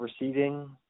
receding